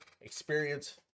experience